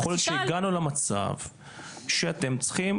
יכול להיות שהגענו למצב שאתם צריכים